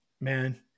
man